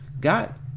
God